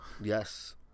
Yes